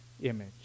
image